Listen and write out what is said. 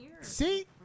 See